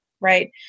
Right